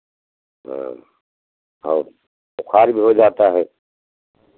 हाँ हाँ बुखार भी हो जाता है